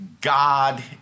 God